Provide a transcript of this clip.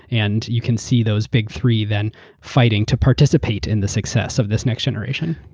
and you can see those big three then fighting to participate in the success of this next generation.